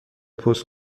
پست